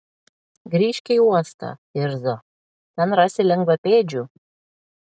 grįžk į uostą irzo ten rasi lengvapėdžių